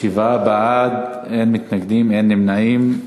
שבעה בעד, אין מתנגדים, אין נמנעים.